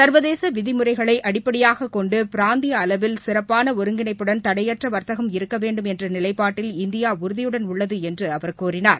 சர்வதேச விதிமுறைகளை அடிப்படையாக கொண்டு பிராந்திய அளவில் சிறப்பான ஒருங்கிணைப்புடன் தடையற்ற வர்த்தகம் இருக்க வேண்டும் என்ற நிவைப்பாட்டில் இந்தியா உற்தியுடன் உள்ளது என்று அவர் கூறினார்